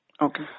Okay